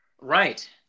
Right